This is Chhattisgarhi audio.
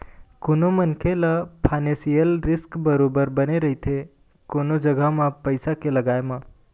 कोनो मनखे ल फानेसियल रिस्क बरोबर बने रहिथे कोनो जघा म पइसा के लगाय म